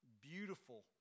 Beautiful